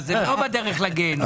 אז אנחנו לא בדרך לגיהינום.